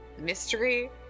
mystery